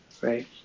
right